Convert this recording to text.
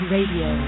Radio